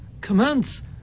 Commence